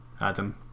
Adam